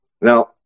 Now